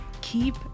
Keep